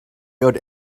owed